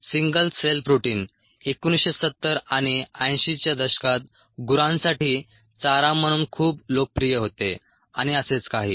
single cell protein 1970 आणि 80 च्या दशकात गुरांसाठी चारा म्हणून खूप लोकप्रिय होते आणि असेच काही